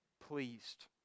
pleased